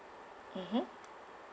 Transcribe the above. mmhmm